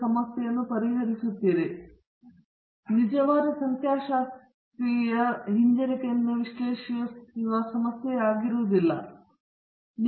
ನೀವು ಇನ್ನೊಂದು R ರ ವರ್ಗವನ್ನು ಪಡೆಯುವ ಮತ್ತೊಂದು ವಿಧಾನವು ನಿಮ್ಮ ಹಿಂಜರಿತದ ಮಾದರಿಗೆ ಇನ್ನಷ್ಟು ಹೆಚ್ಚು ಅನುಪಯುಕ್ತ ಪದಗಳನ್ನು ಸೇರಿಸುವುದನ್ನು ಮುಂದುವರೆಸುತ್ತದೆ ನೀವು ಬೀಟಾ 11 X 1 ವರ್ಗ ಬೀಟಾ 22 X 2 ವರ್ಗ ಮತ್ತು ಹೀಗೆ